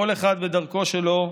כל אחד בדרכו שלו,